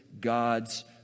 God's